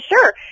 Sure